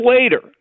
later